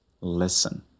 Listen